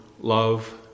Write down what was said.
love